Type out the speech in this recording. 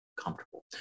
comfortable